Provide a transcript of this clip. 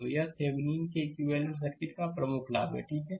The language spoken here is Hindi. तो यह थेविनीन के इक्विवेलेंट सर्किट का प्रमुख लाभ है ठीक है